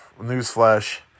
Newsflash